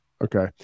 Okay